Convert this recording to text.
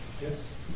yes